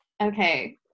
Okay